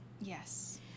yes